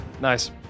Nice